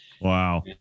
Wow